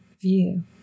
view